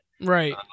Right